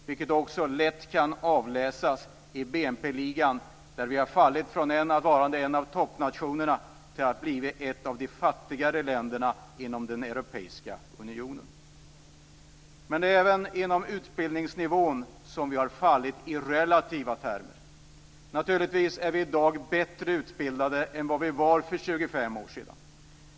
Det kan också lätt avläsas i BNP-ligan, där vi fallit från att ha haft en av toppositionerna till att bli ett av de fattigare länderna inom den europeiska unionen. Även inom utbildningsnivån har vi fallit i relativa termer. Naturligtvis är vi i dag bättre utbildade än vad vi var för 25 år sedan.